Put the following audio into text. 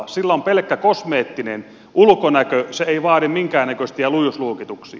sillä on pelkkä kosmeettinen ulkonäkö se ei vaadi minkäännäköisiä lujuusluokituksia